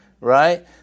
right